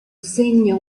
segna